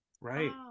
Right